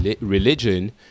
religion